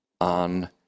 on